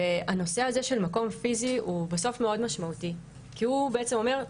הנושא של מקום פיזי הוא בסוף מאוד משמעותי כי הוא בעצם אומר,